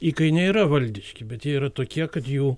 įkainiai yra valdiški bet jie yra tokie kad jų